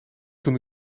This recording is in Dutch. toen